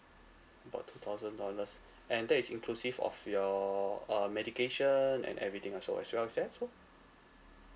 about two thousand dollars and that is inclusive of your uh medication and everything also as well is that so